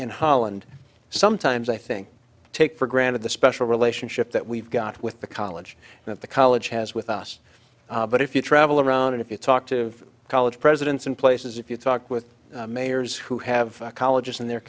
in holland sometimes i think take for granted the special relationship that we've got with the college and of the college has with us but if you travel around and if you talk to college presidents in places if you talk with mayors who have colleges in their